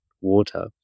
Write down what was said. water